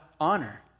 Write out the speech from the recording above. honor